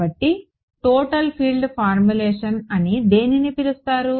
కాబట్టి total field formulation అని దేనిని పిలుస్తారు